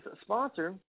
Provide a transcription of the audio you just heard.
sponsor